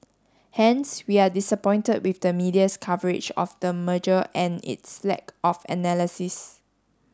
hence we are disappointed with the media's coverage of the merger and its lack of analysis